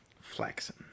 Flaxen